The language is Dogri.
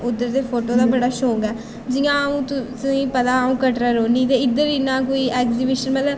उद्धर दे फोटो दा बड़ा शौक ऐ जि'यां हून तुसें गी पता अ'ऊं कटरा रौह्न्नीं ते इद्धर इन्ना कोई ऐग्जिबीशन मतलब